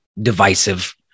divisive